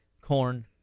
corn